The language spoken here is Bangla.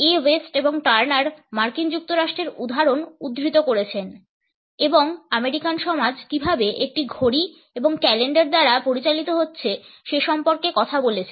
এ ওয়েস্ট এবং টার্নার মার্কিন যুক্তরাষ্ট্রের উদাহরণ উদ্ধৃত করেছেন এবং আমেরিকান সমাজ কীভাবে ঘড়ি এবং ক্যালেন্ডার দ্বারা পরিচালিত হচ্ছে সে সম্পর্কে কথা বলেছেন